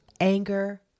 anger